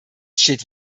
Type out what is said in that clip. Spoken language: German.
steht